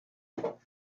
handle